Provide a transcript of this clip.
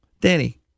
Danny